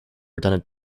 redundant